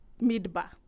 mid-bar